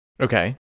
Okay